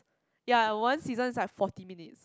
ya one season is like forty minutes